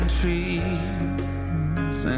trees